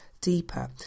deeper